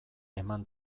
eman